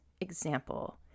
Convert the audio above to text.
example